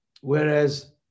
Whereas